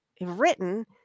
written